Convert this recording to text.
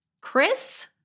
Chris